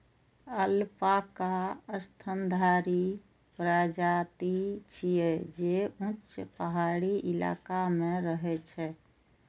alpaca स्तनधारी प्रजाति छियै, जे ऊंच पहाड़ी इलाका मे रहै छै